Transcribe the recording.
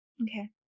Okay